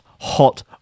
hot